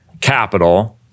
capital